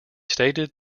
stated